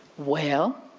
well,